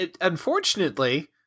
unfortunately